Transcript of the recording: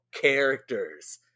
characters